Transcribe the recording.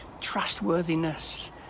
trustworthiness